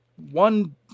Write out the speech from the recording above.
One